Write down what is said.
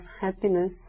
happiness